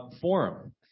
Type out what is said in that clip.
forum